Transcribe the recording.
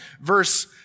verse